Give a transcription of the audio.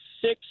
six